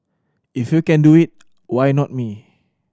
if you can do it why not me